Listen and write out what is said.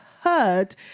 heard